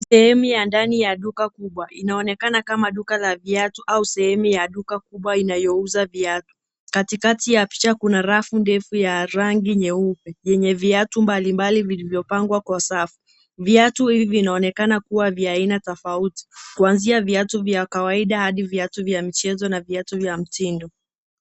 Sehemu ya ndani ya duka kubwa, inaonekana kama duka la viatu au sehemu ya duka kubwa inayouza viatu. Katikati ya picha kuna rafu ndefu ya rangi nyeupe, yenye viatu mbalimbali vilivyopangwa kwa safu. Viatu hivi vinaonekana kuwa vya aina tofauti, kuanzia viatu vya kawaida hadi viatu vya mchezo na viatu vya mtindo.